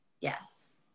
yes